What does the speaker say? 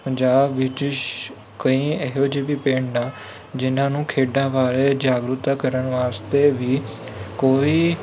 ਪੰਜਾਬ ਵਿੱਚ ਸ ਕਈ ਇਹੋ ਜਿਹੇ ਵੀ ਪਿੰਡ ਆ ਜਿਨ੍ਹਾਂ ਨੂੰ ਖੇਡਾਂ ਬਾਰੇ ਜਾਗਰੂਕਤਾ ਕਰਨ ਵਾਸਤੇ ਵੀ ਕੋਈ